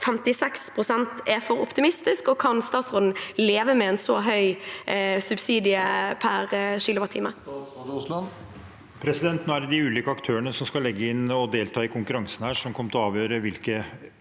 56 pst. er for optimistisk, og kan statsråden leve med en så høy subsidie per kWh?